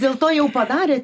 dėl to jau padarė